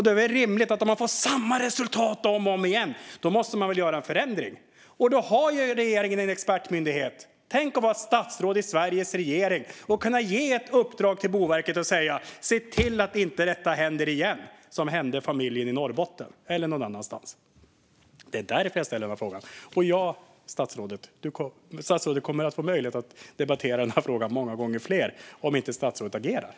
Det är väl rimligt att man, om man får samma resultat om och om igen, måste göra en förändring! Regeringen har en expertmyndighet för detta. Tänk att vara statsråd i Sveriges regering och kunna ge ett uppdrag till Boverket och säga: Se till att detta som hände familjen i Norrbotten, eller en familj någon annanstans, inte händer igen! Det är därför jag ställer den här frågan. Statsrådet kommer att få möjlighet att debattera den här frågan många fler gånger om statsrådet inte agerar.